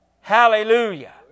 Hallelujah